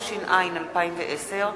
התש"ע 2010,